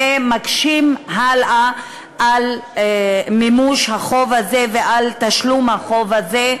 ומקשים הלאה על מימוש החוב הזה ועל תשלום החוב הזה,